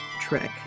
trick